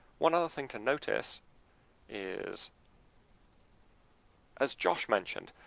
one other thing to notice is as josh mentioned,